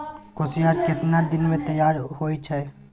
कोसियार केतना दिन मे तैयार हौय छै?